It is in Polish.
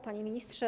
Panie Ministrze!